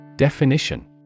Definition